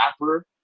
rapper